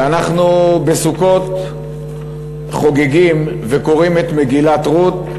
ואנחנו בסוכות חוגגים וקוראים את מגילת רות,